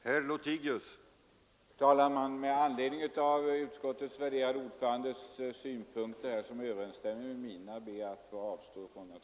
Herr talman! Med anledning av att utskottets värderade ordförandes synpunkter överensstämmer med mina ber jag att få avstå från ordet.